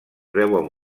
veuen